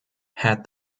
had